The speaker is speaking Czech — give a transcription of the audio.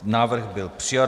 Návrh byl přijat.